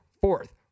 fourth